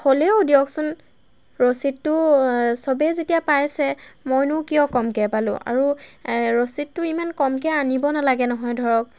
হ'লেও দিয়কচোন ৰচিদটো চবেই যেতিয়া পাইছে মইনো কিয় কমকৈ পালোঁ আৰু ৰচিদটো ইমান কমকৈ আনিব নালাগে নহয় ধৰক